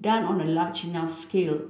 done on a large enough scale